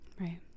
Right